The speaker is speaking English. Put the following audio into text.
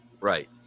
Right